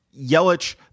Yelich